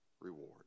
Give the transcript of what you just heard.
reward